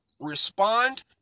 respond